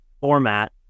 format